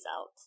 out